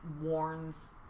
warns